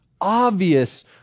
obvious